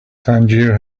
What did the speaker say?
tangier